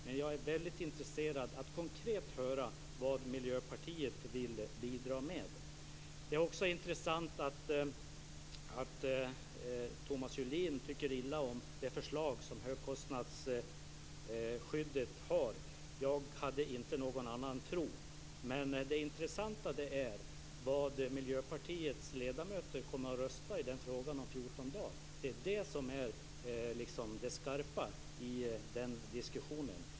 Men jag är väldigt intresserad av att konkret höra vad Miljöpartiet vill bidra med. Det är också intressant att Thomas Julin tycker illa om det förslag som man har när det gäller högkostnadsskyddet. Jag hade inte någon annan tro. Men det intressanta är hur Miljöpartiets ledamöter kommer att rösta i den frågan om 14 dagar. Det är det som är liksom det skarpa i den diskussionen.